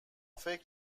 فکر